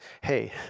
Hey